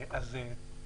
אדוני.